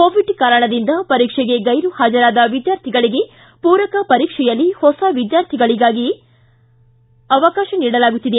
Covid ಕಾರಣದಿಂದ ಪರೀಕ್ಷೆಗೆ ಗೈರು ಪಾಜರಾದ ವಿದ್ಯಾರ್ಥಿಗಳಿಗೆ ಮೂರಕ ಪರೀಕ್ಷೆಯಲ್ಲಿ ಹೊಸ ವಿದ್ಯಾರ್ಥಿಗಳಾಗಿಯೇ ಅವಕಾಶ ನೀಡಲಾಗುತ್ತಿದೆ